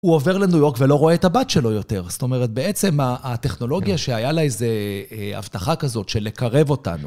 הוא עובר לניו יורק ולא רואה את הבת שלו יותר. זאת אומרת, בעצם הטכנולוגיה שהיה לה איזו הבטחה כזאת של לקרב אותנו.